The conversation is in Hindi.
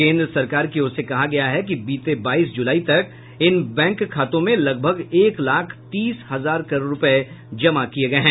केन्द्र सरकार की ओर से कहा गया है कि बीते बाईस जुलाई तक इन बैंक खातों में लगभग एक लाख तीस हजार करोड़ रूपये जमा किये गये हैं